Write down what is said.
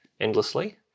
endlessly